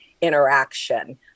interaction